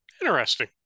Interesting